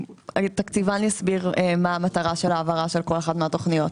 התקציבן יסביר מה המטרה של ההעברה של כל אחת מן התוכניות.